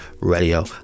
radio